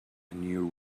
new